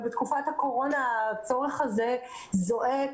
אבל בתקופת הקורונה הצורך הזה זועק.